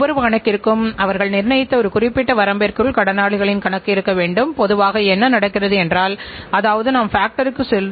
மனித வளம் பொருள் இயந்திரம் உற்பத்தி அனைத்து காரணிகளும் நகர்கின்றனவா என்பதை உறுதிப்படுத்திக் கொள்ள வேண்டும்